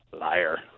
Liar